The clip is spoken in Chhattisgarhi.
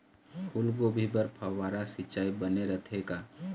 फूलगोभी बर फव्वारा सिचाई बने रथे का?